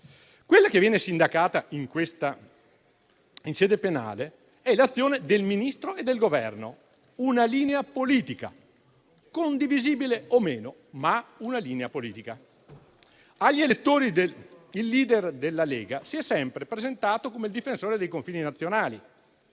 quella che viene sindacata in sede penale è l'azione del Ministro e del Governo, una linea politica condivisibile o meno, ma una linea politica. Agli elettori il *leader* della Lega si è sempre presentato come il difensore dei confini nazionali